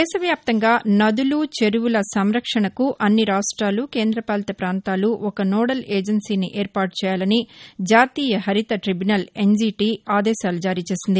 దేశవ్యాప్తంగా నదులు చెరువుల సంరక్షణకు అన్ని రాష్ట్లలు కేందపాలిత పాంతాలు ఒక నోడల్ ఏజెన్సీని ఏర్పాటు చేయాలని జాతీయ హరిత టీబ్యునల్ జిఎన్టి ఆదేశాలు జారీ చేసింది